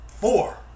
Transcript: four